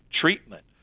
treatment